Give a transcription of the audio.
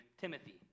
Timothy